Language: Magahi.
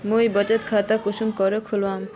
मुई बचत खता कुंसम करे खोलुम?